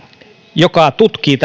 joka tutkii